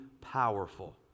powerful